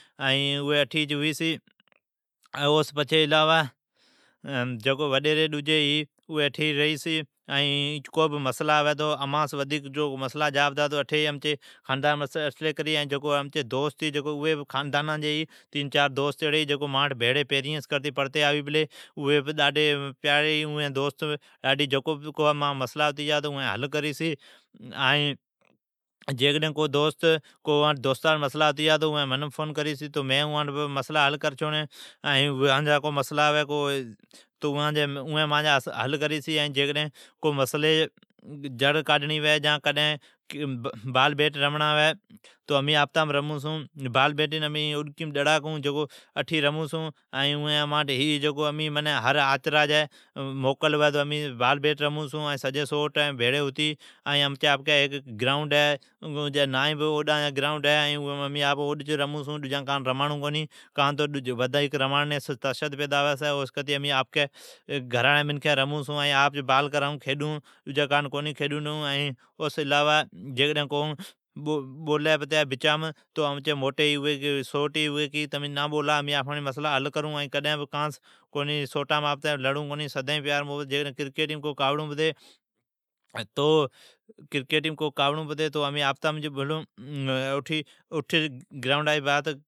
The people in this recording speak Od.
اوی اٹھیس ھوی چھی، او سون علاوہ وڈیری ڈجی ھی اوی اٹھی ریئی چھی۔ ائین کو بہ مسلا ڈجا ھوی پتہ ۔ امانس متھی جکو مسلی ھوی چھی خاندانا جی اوی امین اٹھی حل کرون چھون۔ کجو امچی دوست ایڑی ھی جکو خاندان جی ھی ،اوی پریئھی سون کرتی مان بھڑی پڑھی پلی ۔ائین اوی ڈاڈھی پیاری ھی۔ ائین کو مسلا ھوی چھی تو حل کری چھی ۔ائین اوانٹھ کو مسلا ھوی چھی تو منین فون کری چھی مین اوان جا مسلا حل کرین چھین۔ کو مسلی جی جڑ کاڈھڑین ھوی یا کڈھن بال بیٹ رمڑین ھوی تو امین رمون چھون۔ بال بیٹین امین اوڈکیم ڈڑا کیئون چھون۔ امین ھر آچرا جی موکلی پر سجی سوٹ بھیڑی ھتی رمون چھون۔ امچی آپکی ھیک گرائونڈ ہے او جی نا بھی اوڈان جی گرائونڈ ہے۔ اوم امین آپ رمون چھون ائین ڈجی کان کونی رمون ڈیئون چھون۔ کان تو ودھیک رماڑنیس تشدد پیدا ھوی چھی۔ امی آپکی گھرا جی رمون چھون ۔بال کرائون کھیڈون ائین اوسون علاوہ ڈجی کان کونی رمون ڈیئون چھون۔ ائین کوڑ بولی پتی تو موٹی سوٹ کیئی چھی تمین نا بولا امین آپھی مسلا حل کرون لی۔ امین سوٹ بھیڑی ھتی رمون چھون، ائین کڈھن بھی اپتمان کونی لڑون چھون۔ جیکڈھن اٹھی کرکیٹیم کاوڑون پتی تو اٹھی گرائونڈ جی بات